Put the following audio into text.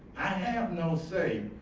i have no say,